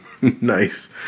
Nice